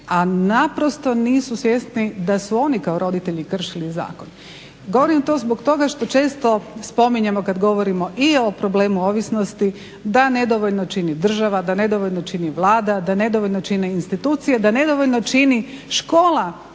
a naprosto nisu svjesni da su oni kao roditelji kršili zakon. Govorim to zbog toga što često spominjemo kad govorimo i o problemu ovisnosti da nedovoljno čini država, da nedovoljno čini Vlada, da nedovoljno čine institucije i da nedovoljno čini škola